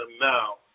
now